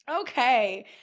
Okay